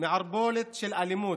מערבולת של אלימות,